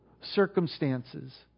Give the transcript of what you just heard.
circumstances